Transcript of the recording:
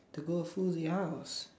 to go full with us